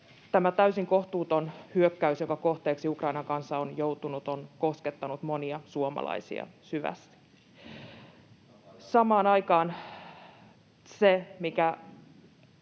Tämä täysin kohtuuton hyökkäys, jonka kohteeksi Ukrainan kansa on joutunut, on koskettanut monia suomalaisia syvästi. Samaan aikaan se, mikä